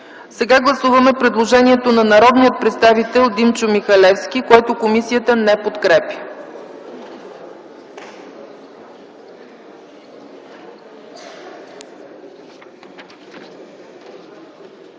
на гласуване предложението на народния представител Христо Бисеров, което комисията не подкрепя.